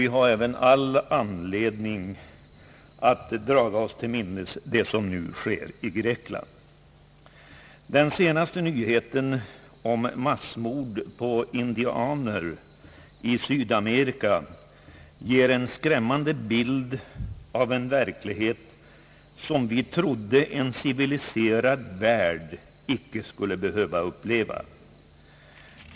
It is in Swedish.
Vi har också anledning att dra oss till minnes det som nu sker i Grekland, Den senaste nyheten om massmord på indianer i Sydamerika ger en skrämmande bild av en verklighet som vi trodde att en civiliserad värld icke skulle behöva uppleva.